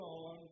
on